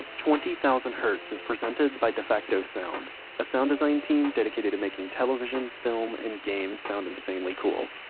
twenty thousand hertz is presented by defacto sound a sound design team dedicated to making television, film and games sound insanely cool.